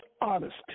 honest